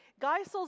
Geisel's